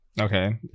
okay